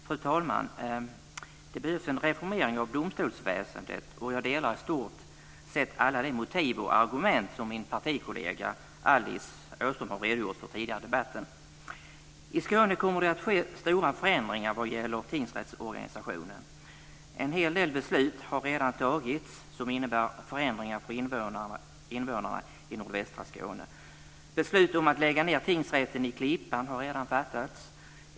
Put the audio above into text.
Fru talman! Det behövs en reformering av domstolsväsendet, och jag delar i stort sett alla de motiv och argument som min partikollega Alice Åström har redogjort för tidigare i debatten. I Skåne kommer det att ske stora förändringar vad gäller tingsrättsorganisationen. En hel del beslut har redan fattats som innebär förändringar för invånarna i nordvästra Skåne. Beslut om att lägga ned tingsrätten i Klippan har redan fattats.